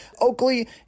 Oakley